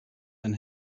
ein